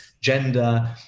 gender